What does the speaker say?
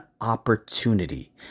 opportunity